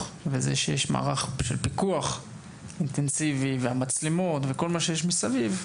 וזה שיש מערך של פיקוח אינטנסיבי והמצלמות וכל מה שיש מסביב,